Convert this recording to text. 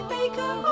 Baker